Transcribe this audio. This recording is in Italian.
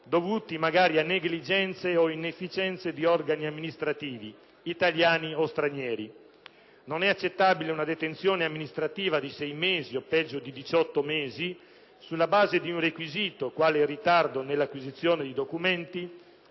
dovuti magari a negligenze o inefficienze di organi amministrativi italiani o stranieri. Non è accettabile una detenzione amministrativa di 6 o peggio di 18 mesi sulla base di un requisito, quale il ritardo nell'acquisizione di documenti,